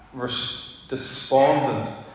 despondent